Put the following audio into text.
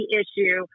issue